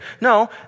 No